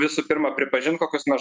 visų pirma pripažint kokius nors